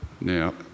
Now